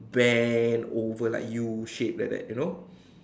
bent over like U shape like that you know